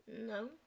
No